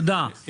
אני